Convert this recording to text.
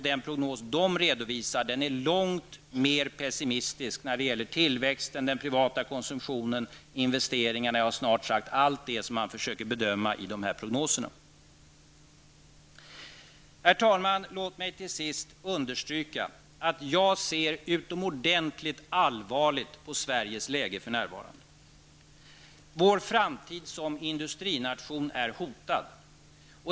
Den prognos Industriförbundet redovisar är långt mer pessimistisk när det gäller tillväxten, den privata konsumtionen och investeringarna. Ja, snart sagt allt det som man försöker bedöma i dessa prognoser. Herr talman! Låt mig understryka att jag ser utomordentligt allvarligt på Sveriges läge för närvarande. Vår framtid som industrination är hotad.